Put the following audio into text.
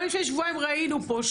גם לפני שבועיים ראינו פה,